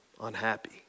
unhappy